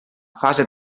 fase